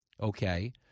okay